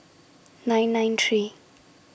nine nine three